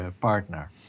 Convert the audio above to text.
partner